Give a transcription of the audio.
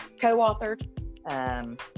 co-authored